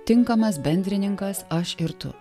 tinkamas bendrininkas aš ir tu